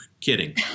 Kidding